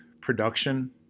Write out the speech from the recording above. production